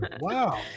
Wow